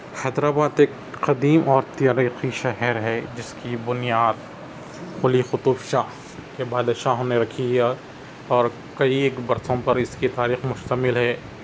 حیدرآباد ایک قدیم اور تاریخی شہر ہے جس کی بنیاد قلی قطب شاہ کے بادشاہوں نے رکھی ہے اور کئی ایک برسوں پر اس کی تاریخ مشتمل ہے